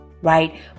Right